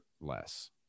less